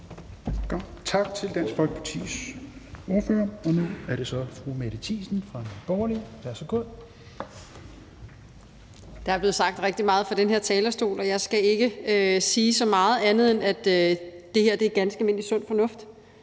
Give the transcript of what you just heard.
Tak til Dansk Folkepartis ordfører. Nu er det så fru Mette Thiesen fra Nye Borgerlige. Værsgo. Kl. 16:39 (Ordfører) Mette Thiesen (NB): Der er blevet sagt rigtig meget fra den her talerstol, og jeg skal ikke sige så meget andet, end at det her er ganske almindelig sund fornuft.